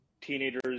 teenagers